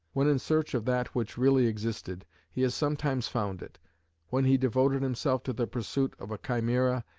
when in search of that which really existed, he has sometimes found it when he devoted himself to the pursuit of a chimera,